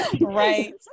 Right